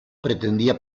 pretendía